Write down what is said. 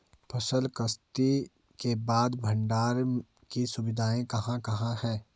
फसल कत्सी के बाद भंडारण की सुविधाएं कहाँ कहाँ हैं?